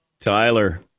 Tyler